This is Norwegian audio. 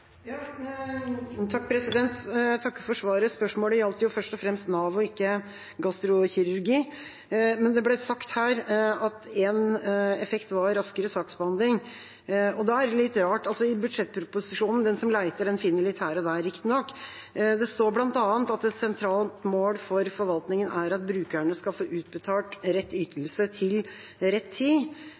Jeg takker for svaret. Spørsmålet gjaldt først og fremst Nav og ikke gastrokirurgi. Det ble sagt her at en effekt var raskere saksbehandling, men det er litt rart. Den som leter, finner – litt her og der, riktignok – og i budsjettproposisjonen står det bl.a. at et sentralt mål for forvaltningen er at brukerne skal få utbetalt rett ytelse til rett tid.